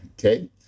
okay